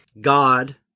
God